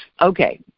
Okay